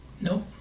Nope